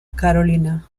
carolina